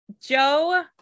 Joe